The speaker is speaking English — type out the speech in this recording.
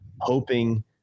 hoping